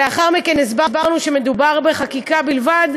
לאחר מכן הסברנו שמדובר בחקיקה בלבד,